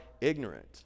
ignorant